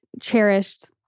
cherished